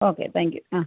okay thank you ആ